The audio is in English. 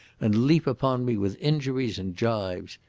and leap upon me with injuries and gibes.